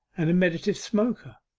and a meditative smoker.